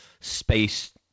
space